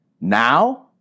Now